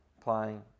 playing